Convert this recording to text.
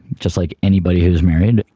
just like anybody who is married.